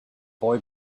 boy